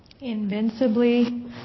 Invincibly